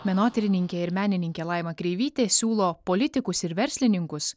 menotyrininkė ir menininkė laima kreivytė siūlo politikus ir verslininkus